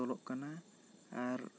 ᱵᱚᱫᱚᱞᱚᱜ ᱠᱟᱱᱟ ᱟᱨ